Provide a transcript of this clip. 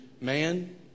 man